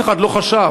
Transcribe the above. אף אחד לא חשב,